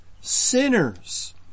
sinners